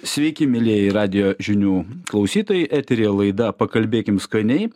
sveiki mielieji radijo žinių klausytojai eteryje laida pakalbėkim skaniai